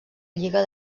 lliga